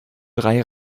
drei